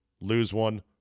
lose-one